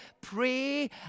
Pray